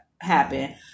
happen